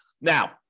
Now